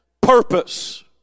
purpose